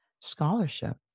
scholarship